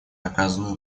оказанную